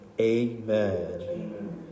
Amen